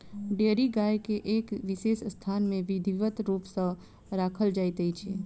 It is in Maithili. डेयरी गाय के एक विशेष स्थान मे विधिवत रूप सॅ राखल जाइत छै